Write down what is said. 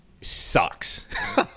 sucks